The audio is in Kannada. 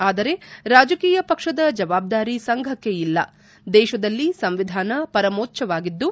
ಆದರೆ ರಾಜಕೀಯ ಪಕ್ಷದ ಜವಾಬ್ದಾರಿ ಸಂಘಕ್ಷೆ ಇಲ್ಲ ದೇಶದಲ್ಲಿ ಸಂವಿಧಾನ ಪರಮೋಚ್ವವಾಗಿದ್ದು